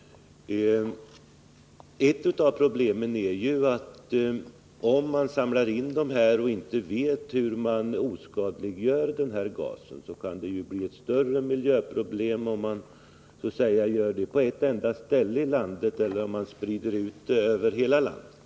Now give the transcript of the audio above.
Samlar man in de här varorna och inte vet hur man skall oskadliggöra gasen kan det ju bli ett större miljöproblem, om man samlar det på ett ställe i landet, än om man sprider ut det över hela landet.